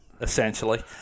essentially